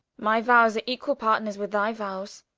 my vowes are equall partners with thy vowes